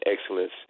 excellence